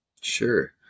Sure